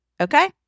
Okay